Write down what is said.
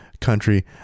country